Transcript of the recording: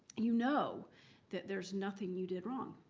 and you know that there's nothing you did wrong.